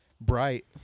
Bright